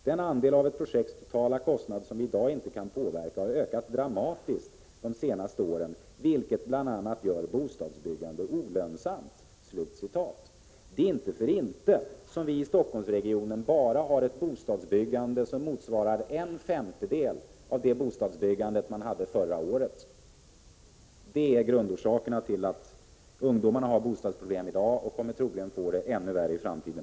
Den andel av ett projekts totala kostnad som vi i dag inte kan påverka har ökat dramatiskt de senaste åren vilket bland annat gör bostadsbyggande olönsamt.” Vi har i Stockholmsregionen ett bostadsbyggande som motsvarar bara en femtedel av det bostadsbyggande som man hade förra året. Detta är grundorsaken till att ungdomarna i dag har bostadsproblem och att de troligen kommer att få det ännu värre i framtiden.